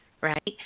right